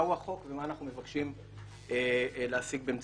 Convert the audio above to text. מה הוא החוק ולמה שאנחנו מבקשים להשיג באמצעותו.